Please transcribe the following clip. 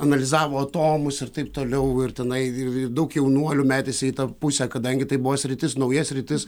analizavo atomus ir taip toliau ir tenai ir ir daug jaunuolių metėsi į tą pusę kadangi tai buvo sritis nauja sritis